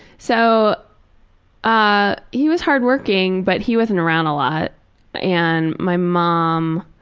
so ah he was hardworking but he wasn't around a lot and my mom,